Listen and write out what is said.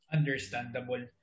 Understandable